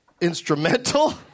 instrumental